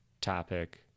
topic